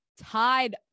Tied